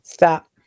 Stop